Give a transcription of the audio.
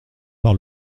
par